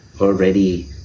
already